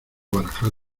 barajar